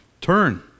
turn